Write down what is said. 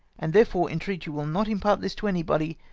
and therefore entreat you will not impart this to anybody,